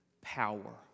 power